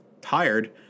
tired